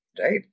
right